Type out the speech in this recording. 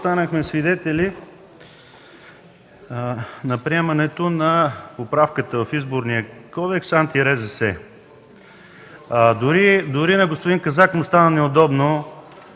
станахме свидетели на приемането на поправката в Изборния кодекс – анти РЗС. Дори на господин Казак му стана неудобно,